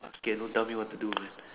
it's okay don't tell me what to do man